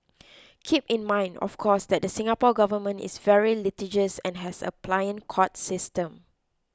keep in mind of course that the Singapore Government is very litigious and has a pliant court system